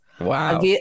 Wow